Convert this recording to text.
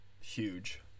huge